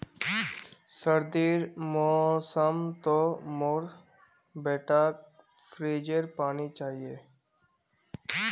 सर्दीर मौसम तो मोर बेटाक फ्रिजेर पानी चाहिए